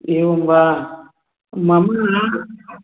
एवं वा मम